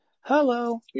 Hello